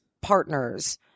partners